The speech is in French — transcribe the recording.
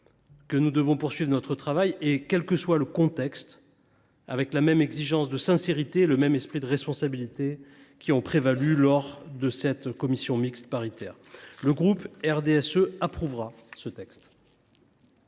que nous devons poursuivre notre travail, quel que soit le contexte, avec la même exigence de sincérité et le même esprit de responsabilité qui ont prévalu lors de la réunion de cette commission mixte paritaire. Le groupe RDSE votera ce texte.